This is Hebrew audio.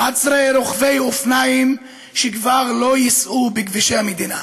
11 רוכבי אופניים שכבר לא ייסעו בכבישי המדינה,